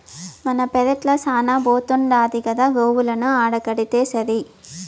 మన పెరట్ల శానా బోతుండాదిగా గోవులను ఆడకడితేసరి